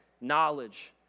knowledge